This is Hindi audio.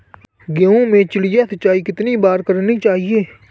गेहूँ में चिड़िया सिंचाई कितनी बार करनी चाहिए?